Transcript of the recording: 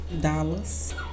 Dallas